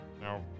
now